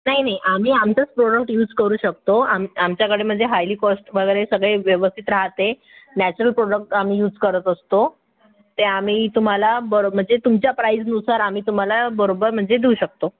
नाही नाही आम्ही आमचंच प्रोडक्ट यूज करू शकतो आम आमच्याकडे म्हणजे हायली कॉस्ट वगैरे सगळे व्यवस्थित राहते नॅचरल प्रोडक्ट आम्ही यूज करत असतो ते आम्ही तुम्हाला बर म्हणजे तुमच्या प्राईजनुसार आम्ही तुम्हाला बरोबर म्हणजे देऊ शकतो